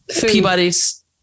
Peabody's